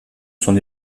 son